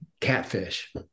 catfish